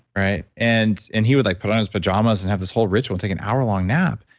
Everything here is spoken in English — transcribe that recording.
right? and and he would like put on his pajamas and have this whole ritual take an hour long nap.